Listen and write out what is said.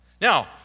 Now